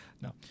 No